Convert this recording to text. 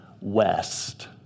west